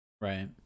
Right